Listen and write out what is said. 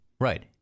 Right